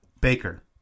Baker